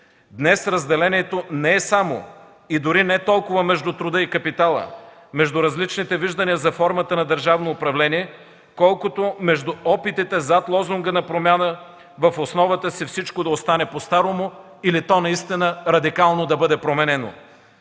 Днес разделението не е само и дори не толкова между труда и капитала, между различните виждания за формата на държавно управление, колкото между опитите зад лозунга за промяна в основата си всичко да остане по старому или то да бъде променено